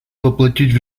воплотить